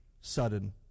sudden